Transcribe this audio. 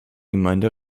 gemeinde